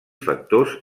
factors